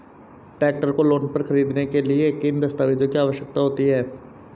Tractor को loan पर खरीदने के लिए किन दस्तावेज़ों की आवश्यकता होती है?